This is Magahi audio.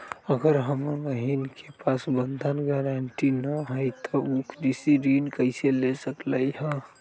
अगर हमर बहिन के पास बंधक गरान्टी न हई त उ कृषि ऋण कईसे ले सकलई ह?